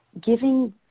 giving